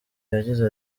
yagize